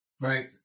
Right